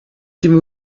dem